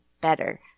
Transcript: better